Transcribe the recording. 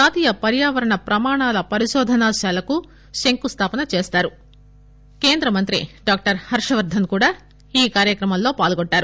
జాతీయ పర్యావరణ ప్రమాణాల పరిశోధనశాలకు శంకుస్థాపన చేస్తారు కేంద్ర మంత్రి డాక్టర్ హర్షవర్దన్ కూడా ఈ కార్యక్రమంలో పాల్గొంటారు